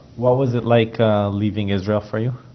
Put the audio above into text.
what was it like leaving israel for you?